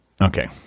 Okay